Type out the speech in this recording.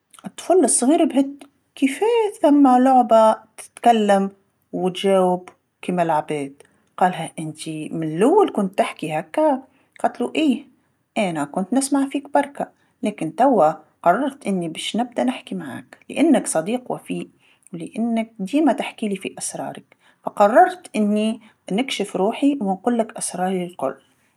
الطفل الصغير بهت، كيفاه ثما لعبه تتكلم وتجاوب كيما العباد، قالها أنتي من اللول كنت تحكي هاكا، قالتلو إيه، أنا كنت نسمع فيك بركا، لكن توا قررت أني باش نبدا نحكي معاك، لأنك صديق وفي ولأنك ديما تحكيلي في أسرارك، فقررت أني نكشف روحي ونقوللك أسراري الكل.